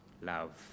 love